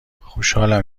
خوشحالم